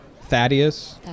Thaddeus